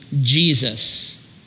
Jesus